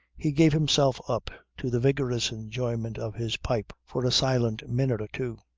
he gave himself up to the vigorous enjoyment of his pipe for a silent minute or two.